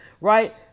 right